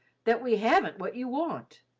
that we haven't what you want.